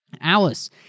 Alice